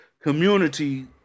community